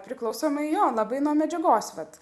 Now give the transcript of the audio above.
priklausomai jo labai nuo medžiagos vat